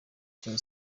cya